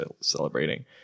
celebrating